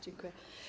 Dziękuję.